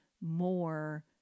more